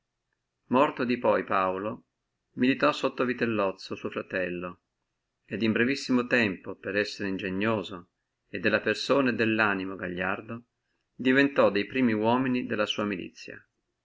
morto di poi paulo militò sotto vitellozzo suo fratello et in brevissimo tempo per essere ingegnoso e della persona e dello animo gagliardo diventò el primo uomo della sua milizia